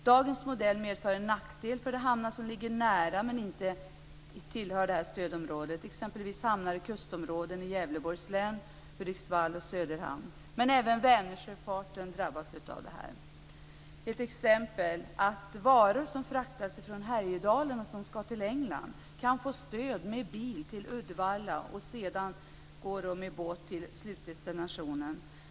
Dagens modell medför en nackdel för de hamnar som ligger nära men inte tillhör stödområdet, exempelvis hamnar i kustområden i Gävleborgs län, Hudiksvall och Söderhamn. Även Vänersjöfarten drabbas av detta. Jag har ett exempel. Varor som fraktas från Härjedalen till England kan få stöd med bil till Uddevalla och sedan med båt till slutdestinationen.